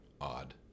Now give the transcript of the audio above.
odd